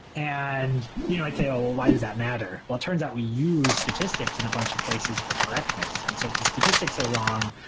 and you know i'd say, ah well, why does that matter? it turns out we use statistics in a bunch of places for correctness, and so if the statistics are wrong,